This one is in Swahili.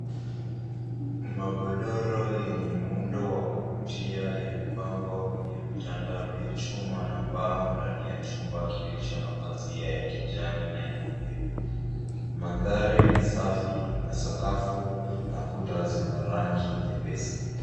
Magodoro yenye muundo wa kuvutia yamepangwa kwenye vitanda vya chuma na mbao ndani ya chumba kilicho na pazia ya kijani nanyeupe. Mandhari ni safi na sakafu na kuta zina rangi nyepesi.